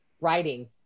writing